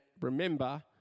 remember